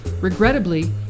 Regrettably